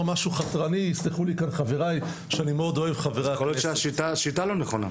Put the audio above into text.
יכול להיות שהשיטה לא נכונה.